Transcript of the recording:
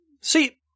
See